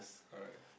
alright